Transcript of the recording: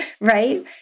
Right